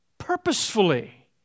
purposefully